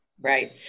Right